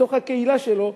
בתוך הקהילה שלו,